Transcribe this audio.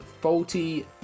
Faulty